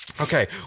Okay